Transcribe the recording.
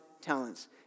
talents